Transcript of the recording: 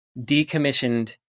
decommissioned